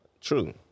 True